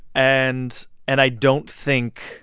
and and i don't think